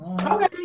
Okay